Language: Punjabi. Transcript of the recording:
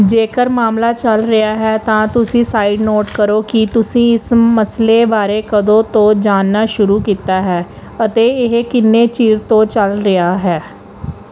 ਜੇਕਰ ਮਾਮਲਾ ਚੱਲ ਰਿਹਾ ਹੈ ਤਾਂ ਤੁਸੀਂ ਸਾਇਟ ਨੋਟ ਕਰੋ ਕਿ ਤੁਸੀਂ ਇਸ ਮਸਲੇ ਬਾਰੇ ਕਦੋਂ ਤੋਂ ਜਾਣਨਾ ਸ਼ੁਰੂ ਕੀਤਾ ਹੈ ਅਤੇ ਇਹ ਕਿੰਨੇ ਚਿਰ ਤੋਂ ਚੱਲ ਰਿਹਾ ਹੈ